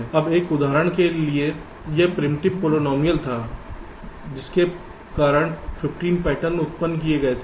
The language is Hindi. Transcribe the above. अब इस उदाहरण के लिए यह प्रिमिटिव पोलीनोमिअल था जिसके कारण 15 पैटर्न उत्पन्न किए गए थे